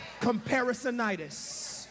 Comparisonitis